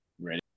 Ready